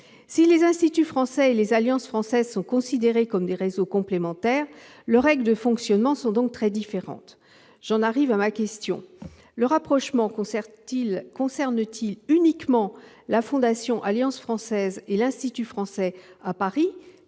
Si les instituts français et les alliances françaises sont considérés comme des réseaux complémentaires, leurs règles de fonctionnement sont donc très différentes. J'en arrive à ma question : le rapprochement concerne-t-il uniquement la Fondation Alliance française et l'Institut français à Paris,